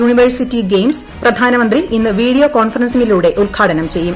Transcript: university games പ്രധാനമന്ത്രി ഇന്ന് video കോൺഫറൻസിംഗിലൂടെ ഉദ്ഘാടനം ചെയ്യും